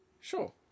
Sure